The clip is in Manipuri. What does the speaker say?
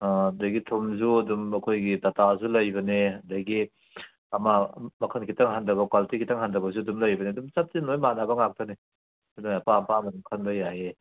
ꯑꯗꯒꯤ ꯊꯨꯝꯁꯨ ꯑꯗꯨꯝ ꯑꯩꯈꯣꯏꯒꯤ ꯇꯇꯥꯁꯨ ꯂꯩꯕꯅꯦ ꯑꯗꯩꯒꯤ ꯑꯃ ꯃꯈꯜ ꯈꯤꯇꯪ ꯍꯟꯗꯕ ꯀ꯭ꯋꯥꯂꯤꯇꯤ ꯈꯤꯇꯪ ꯍꯟꯗꯕꯁꯨ ꯑꯗꯨꯝ ꯂꯩꯕꯅꯦ ꯑꯗꯨꯝ ꯆꯞꯇꯤ ꯂꯣꯏ ꯃꯥꯟꯅꯕ ꯉꯥꯛꯇꯅꯦ ꯑꯗꯨꯅ ꯑꯄꯥꯝ ꯑꯄꯥꯝꯕ ꯑꯗꯨꯝ ꯈꯟꯕ ꯌꯥꯏꯌꯦ